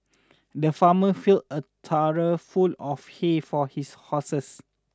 the farmer filled a trough full of hay for his horses